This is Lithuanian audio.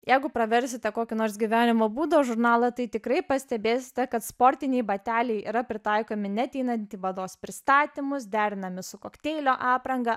jeigu praversite kokį nors gyvenimo būdo žurnalą tai tikrai pastebėsite kad sportiniai bateliai yra pritaikomi net einant į mados pristatymus derinami su kokteilio apranga